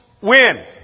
win